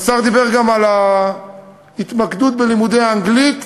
השר דיבר גם על ההתמקדות בלימודי אנגלית,